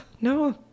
no